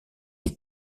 est